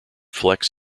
flex